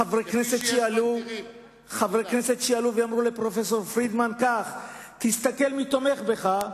חברי כנסת עלו ואמרו לפרופסור פרידמן: תסתכל מי תומך בך,